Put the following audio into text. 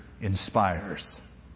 inspires